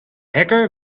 hacker